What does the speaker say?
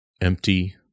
Empty